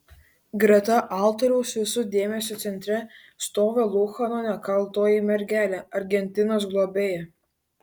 greta altoriaus visų dėmesio centre stovi luchano nekaltoji mergelė argentinos globėja